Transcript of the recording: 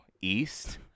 east